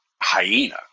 hyena